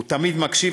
הוא תמיד מקשיב.